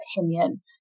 opinion